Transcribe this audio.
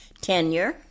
tenure